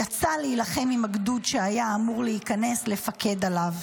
יצא להילחם עם הגדוד שהיה אמור להיכנס לפקד עליו.